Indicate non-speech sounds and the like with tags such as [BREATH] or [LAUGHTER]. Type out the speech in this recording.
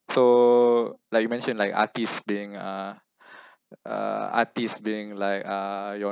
so like you mentioned like artists being uh [BREATH] uh artists being like uh